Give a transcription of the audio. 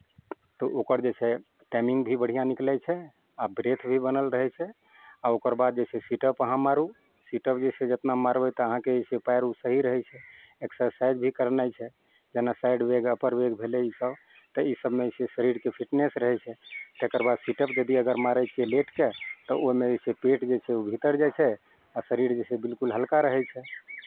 तऽ ओकर जे छै टाइमिंग भी बढ़िआँ निकलै छै आ ब्रेथ भी बनल रहै छै आ ओकर बाद जे छै सिट अप अहाँ मारू सिट अप जे छै जितना मारबै तऽ अहाँके जे छै पएर उर सही रहै छै एक्सरसाइज भी करनाइ छै जेना साइड वेग अपर वेग भेलै इसभ तऽ इसभमे जे छै शरीरके फिटनेस रहै छै तकर बाद सिट अप यदि अगर मारै छियै लेटि कऽ तऽ ओहिमे जे छै पेट जे छै ओ भीतर जाइ छै आ शरीर जे छै बिलकुल हलका रहै छै